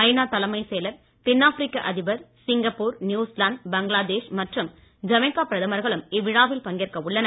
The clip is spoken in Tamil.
ஐ நா தலைமைச் செயலர் தென்னாப்பிரிக்க அதிபர் சிங்கப்பூர் நியுசிலாந்து பங்களாதேஷ் மற்றும் ஜமைக்கா பிரதமர்களும் இவ்விழாவில் பங்கேற்க உள்ளனர்